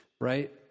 right